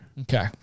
Okay